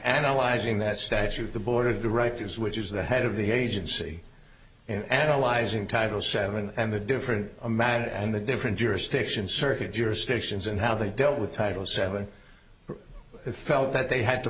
analyzing that statute the board of directors which is the head of the agency in analyzing title seven and the different amount and the different jurisdiction circuit jurisdictions and how they dealt with title seven felt that they had to